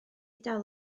dal